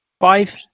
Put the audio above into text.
Five